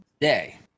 today